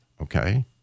okay